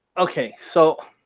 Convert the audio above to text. okay, so